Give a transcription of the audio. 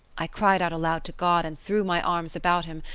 i cried out aloud to god, and threw my arms about him,